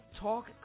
Talk